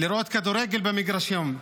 לראות כדורגל במגרשים,